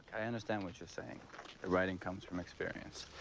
i understand what you are saying that writing comes from experience.